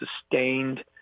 sustained